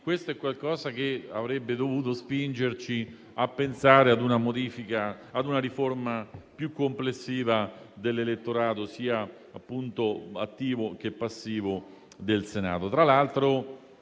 Questo avrebbe dovuto spingerci a pensare ad una riforma più complessiva dell'elettorato, sia attivo che passivo, del Senato.